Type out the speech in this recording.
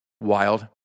wild